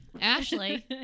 Ashley